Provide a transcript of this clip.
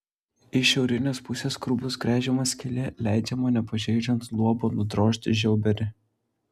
iš šiaurinės pusės kur bus gręžiama skylė leidžiama nepažeidžiant luobo nudrožti žiauberį